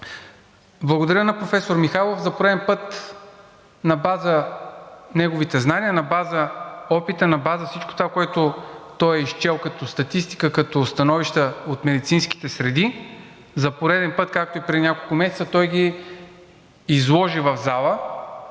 Благодаря на професор Михайлов. За пореден път на база неговите знания, на база опита, на база всичко това, което той е изчел като статистика, като становища от медицинските среди, за пореден път, както и преди няколко месеца, той го изложи в залата,